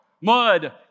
Mud